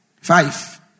Five